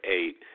eight